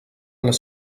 les